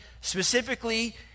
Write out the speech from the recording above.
specifically